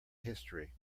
history